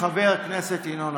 חבר הכנסת ינון,